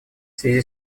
связи